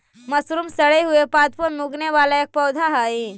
mushroom सड़े हुए पादपों में उगने वाला एक पौधा हई